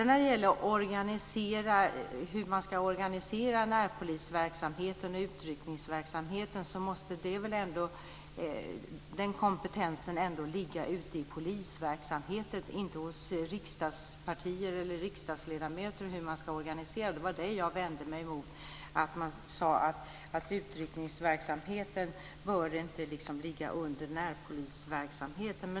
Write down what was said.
När det gäller hur man ska organisera närpolisoch utryckningsverksamheten måste väl ändå den kompetensen ligga ute i polisverksamheten, inte hos riksdagspartier eller riksdagsledamöter. Det jag vände mig emot var att man sade att utryckningsverksamheten inte borde ligga under närpolisverksamheten.